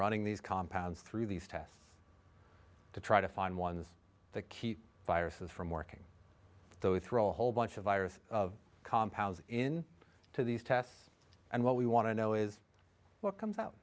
running these compounds through these tests to try to find ones that keep viruses from working those throw a whole bunch of viruses of compounds in to these tests and what we want to know is what comes out